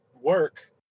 work